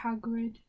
Hagrid